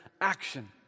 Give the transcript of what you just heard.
action